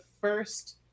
first